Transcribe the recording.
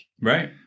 Right